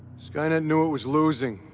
skynet knew it was losing,